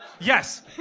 Yes